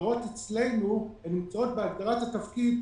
ההגדרות אצלנו נמצאות בהגדרת התפקיד.